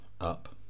up